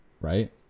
Right